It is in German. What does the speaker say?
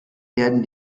werden